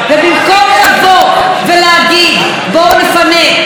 ובמקום לבוא ולהגיד: בואו נפנה,